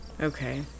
Okay